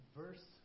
verse